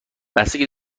بستگی